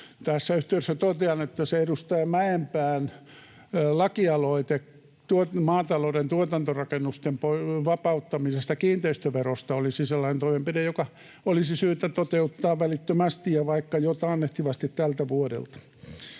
Tässä yhteydessä totean, että se edustaja Mäenpään lakialoite maatalouden tuotantorakennusten vapauttamisesta kiinteistöverosta olisi sellainen toimenpide, joka olisi syytä toteuttaa välittömästi ja vaikka jo taannehtivasti tälle vuodelle.